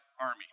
army